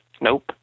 Nope